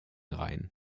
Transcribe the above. reihen